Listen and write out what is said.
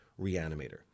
Reanimator